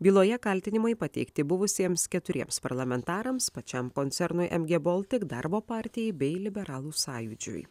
byloje kaltinimai pateikti buvusiems keturiems parlamentarams pačiam koncernui mg baltic darbo partijai bei liberalų sąjūdžiui